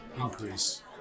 increase